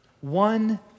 one